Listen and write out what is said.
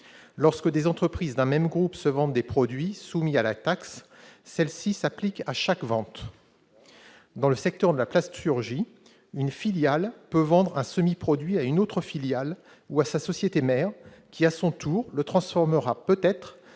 Lorsque des entreprises d'un même groupe se vendent des produits soumis à la taxe, celle-ci s'applique à chaque vente. Dans le secteur de la plasturgie, une filiale peut vendre un semi-produit à une autre filiale ou à sa société mère qui, à son tour, le transformera, peut-être,